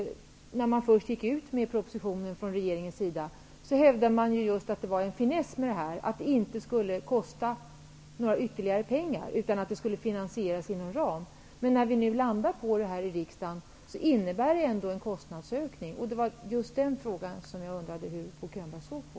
När det gäller frågan om pengarna, Bo Könberg, hävdade regeringen när den först gick ut med propositionen att finessen var att det inte skulle kosta mera, utan finansieras inom ramen. Men när förslaget nu behandlas i riksdagen visar det sig att det ändå innebär en kostnadsökning. Det var detta som jag undrade hur Bo Könberg såg på.